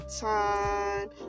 time